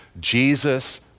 Jesus